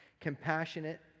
compassionate